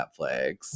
Netflix